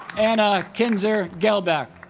anna kinzer gelbach